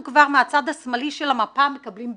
אנחנו כבר מהצד השמאלי של המפה מקבלים ביקורת'.